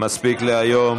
מספיק להיום.